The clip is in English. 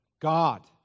God